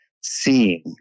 seeing